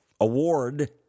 award